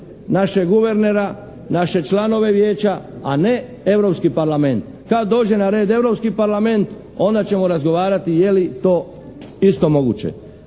našeg guvernera, naše članove vijeća, a ne Europski Parlament. Kad dođe na red Europski Parlament onda ćemo razgovarati je li to isto moguće.